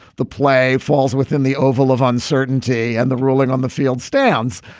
the play falls within the oval of uncertainty and the ruling on the field stands.